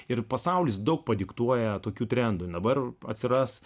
ir pasaulis daug padiktuoja tokių trendų dabar atsiras